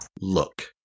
look